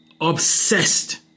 Obsessed